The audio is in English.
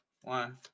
one